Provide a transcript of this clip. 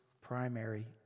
primary